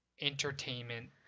entertainment